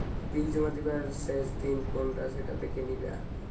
বিল জমা দিবার শেষ দিন কোনটা সেটা দেখে নিবা